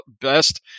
best